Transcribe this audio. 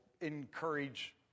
encourage